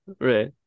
Right